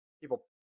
people